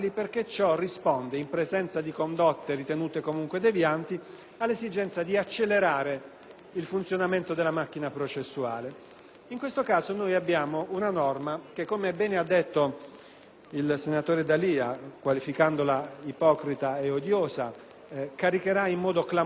il funzionamento della macchina processuale. In questo caso abbiamo una norma che, come bene ha detto il senatore D'Alia, qualificandola ipocrita e odiosa, caricherà in modo clamoroso gli uffici giudiziari. E questo tema è stato riccamente illustrato anche